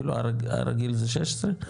כאילו הרגיל זה 16%?